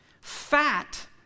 Fat